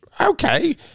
Okay